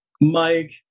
Mike